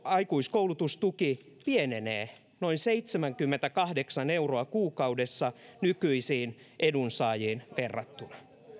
aikuiskoulutustuki pienenee keskimäärin noin seitsemänkymmentäkahdeksan euroa kuukaudessa nykyisiin edunsaajiin verrattuna